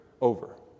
over